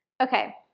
okay